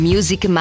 Music